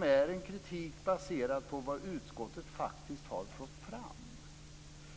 Den kritiken är baserad på vad utskottet faktiskt har fått fram.